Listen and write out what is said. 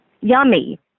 Yummy